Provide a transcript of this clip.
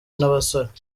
n’abasore